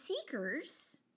seekers